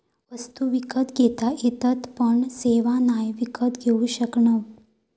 वस्तु विकत घेता येतत पण सेवा नाय विकत घेऊ शकणव